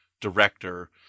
director